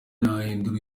nahindura